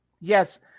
Yes